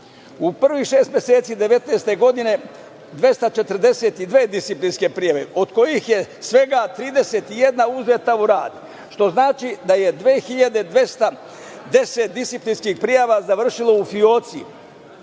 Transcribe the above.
u prvih šest meseci 2019. godine 242 disciplinske prijave, od kojih je svega 31 uzeta u rad, što znači da je 2210 disciplinskih prijava završilo u fioci